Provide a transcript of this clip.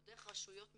או דרך רשויות מקומיות,